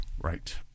Right